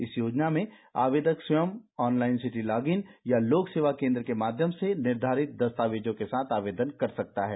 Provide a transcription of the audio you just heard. इस योजना में आवेदक स्वयं ऑनलाइन सिटी लॉगिने या लोक सेवा केंद्र के माध्यम से निर्धारित दस्तावेजों के साथ आवेदन कर सकता है